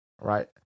Right